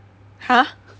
!huh!